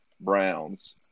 Browns